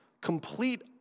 complete